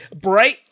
Bright